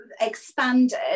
expanded